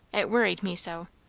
it worried me so.